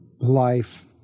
life